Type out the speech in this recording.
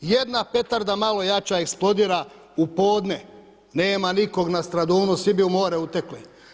Jedna petarda malo jača eksplodira u podne, nema nikog na Stradunu, svi bi u more utekli.